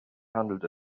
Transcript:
handelt